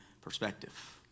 perspective